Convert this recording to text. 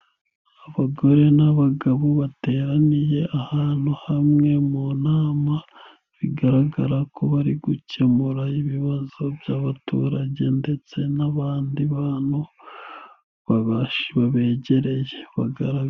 Abagore n'abagabo bateraniye ahantu hamwe mu nama, bigaragara ko bari gukemura ibibazo by'abaturage ndetse n'abandi bantu, babegereye bagaragara.